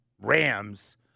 Rams